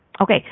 Okay